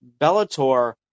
Bellator